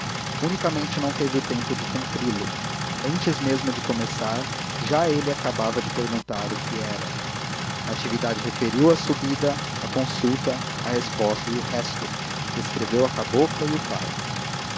unicamente não teve o tempo de cumpri lo antes mesmo de começar já ele acabava de perguntar o que era natividade referiu a subida a consulta a resposta e o resto descreveu a cabocla e o pai